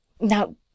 Now